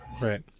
right